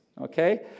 okay